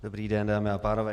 Dobrý den, dámy a pánové.